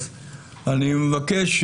אז אני מבקש,